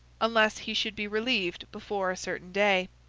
unless he should be relieved before a certain day.